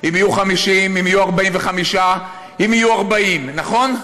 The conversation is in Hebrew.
אם יהיו 50, אם יהיו 45, אם יהיו 40, נכון?